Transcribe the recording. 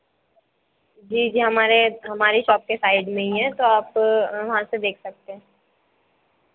जी जी हमारे हमारी शॉप के साइड में ही है तो आप वहाँ से देख सकते हैं